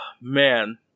Man